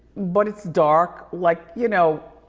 but it's dark, like you know.